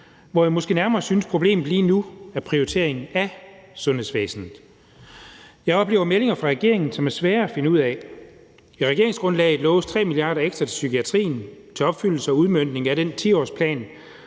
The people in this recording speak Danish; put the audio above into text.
hvor jeg måske nærmere synes, at problemet lige nu er prioriteringen af sundhedsvæsenet. Jeg oplever meldinger fra regeringen, som er svære at finde ud af. I regeringsgrundlaget loves 3 mia. kr. ekstra til psykiatrien og til opfyldelsen og udmøntningen af den 10-årsplan,